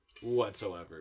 whatsoever